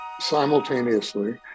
simultaneously